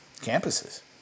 campuses